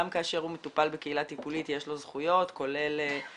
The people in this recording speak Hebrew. גם כאשר הוא מטופל בקהילה טיפולית יש לו זכויות כולל זכויות